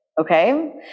okay